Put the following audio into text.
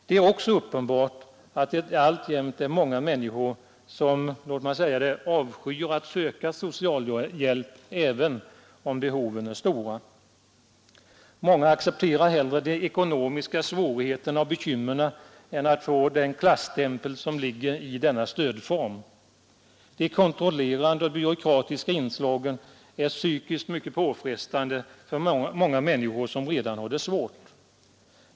Det är också uppenbart att det alltjämt är många människor som avskyr att söka socialhjälp även om behoven är stora. Många accepterar hellre de ekonomiska svårigheterna och bekymren än att få den klasstämpel på sig som ligger i denna stödform. De kontrollerande och byråkratiska inslagen är psykiskt mycket påfrestande för många människor som redan har det svårt.